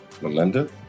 Melinda